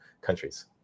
countries